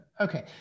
Okay